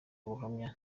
ubuhamya